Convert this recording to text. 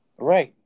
Right